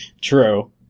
True